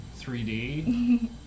3D